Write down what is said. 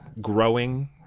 growing